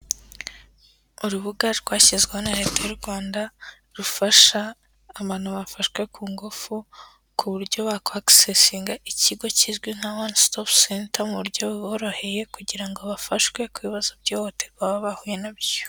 Urubuga rwashyizweho na Leta y'u Rwanda, rufasha abantu bafashwe ku ngufu, ku buryo bakwagisesinga ikigo kizwi nka wani sitopu senta mu buryoboroheye kugira ngo bafashwe ku bibazo by'ihuhorwa bahuye nabyo.